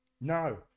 No